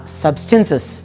substances